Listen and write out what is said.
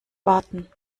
warten